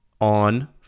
on